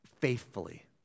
faithfully